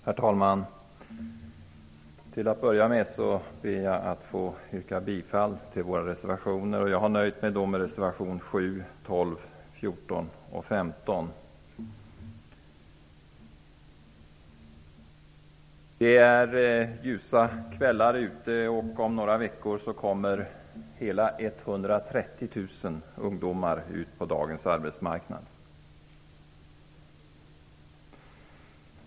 Herr talman! Till att börja med ber jag att få yrka bifall till våra reservationer. Jag nöjer mig med reservationerna 7, 12, 14 och 15. Det är ljusa kvällar ute. Om några veckor kommer hela 130 000 ungdomar ut på dagens arbetsmarknad.